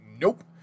nope